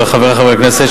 חברי הכנסת,